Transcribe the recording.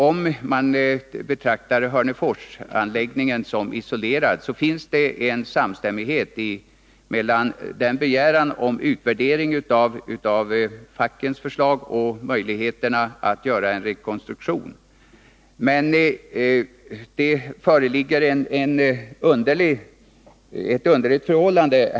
Om man betraktar Hörneforsanläggningen isolerat, finner man en samstämmighet mellan kravet på utvärdering av fackens förslag och möjligheterna att göra en rekonstruktion. Beträffande voteringsordningen föreligger dock ett underligt förhållande.